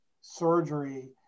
surgery